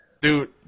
Dude